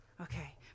Okay